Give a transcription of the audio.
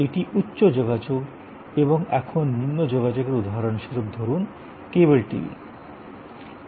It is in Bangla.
এটি উচ্চ যোগাযোগ এবং এখন নিম্ন যোগাযোগের উদাহরণস্বরূপ ধরুন কেবল টিভি